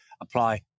apply